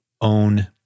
own